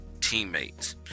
teammates